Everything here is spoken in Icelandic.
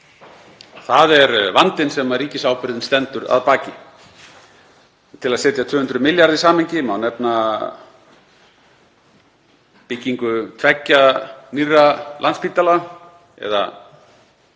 það er vandinn sem ríkisábyrgðin stendur að baki. Til að setja 200 milljarða í samhengi má jafna þeim við byggingu tveggja nýrra Landspítala eða